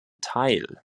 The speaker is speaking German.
teil